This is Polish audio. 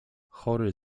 chory